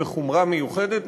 בחומרה מיוחדת,